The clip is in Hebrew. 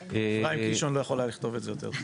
אפרים קישון לא היה יכול לכתוב זאת יותר טוב.